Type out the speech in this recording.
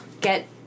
get